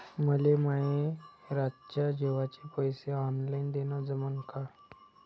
मले माये रातच्या जेवाचे पैसे ऑनलाईन देणं जमन का?